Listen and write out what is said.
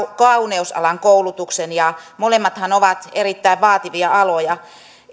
kauneusalan koulutuksen ja molemmathan ovat erittäin vaativia aloja